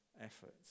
efforts